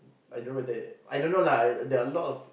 I don't know whether I don't know lah there are a lot of